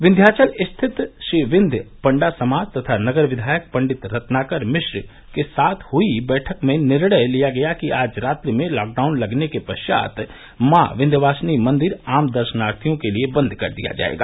विंध्याचल रिथत श्री विंध्य पंडा समाज तथा नगर विधायक पं रत्नाकर मिश्र के साथ हुई बैठक में निर्णय लिया गया कि आज रात्रि में लॉकडाउन लगने के पश्चात मॉ विंध्यवासिनी मंदिर आम दर्शनार्थियों के लिए बंद कर दिया जायेगा